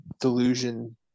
delusion